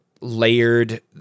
layered